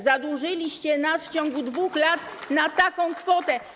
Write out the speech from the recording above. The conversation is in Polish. Zadłużyliście nas w ciągu 2 lat na taką kwotę.